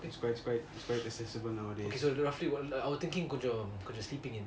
okay so roughly I was thinking கொஞ்சம் கொஞ்சம்:konjam konjam cause you are sleeping